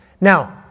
Now